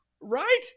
Right